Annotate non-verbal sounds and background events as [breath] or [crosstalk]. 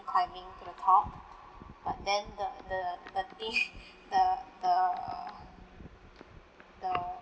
climbing to the top but then the the the err [breath] the the the